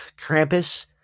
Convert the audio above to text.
Krampus